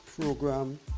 program